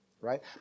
right